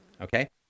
okay